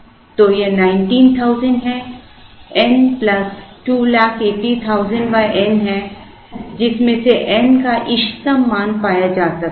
तो यह 19000 है n प्लस 280000 n है जिसमें से n का इष्टतम मान पाया जा सकता है